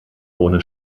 ohne